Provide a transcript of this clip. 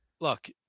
Look